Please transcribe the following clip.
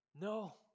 No